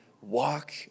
walk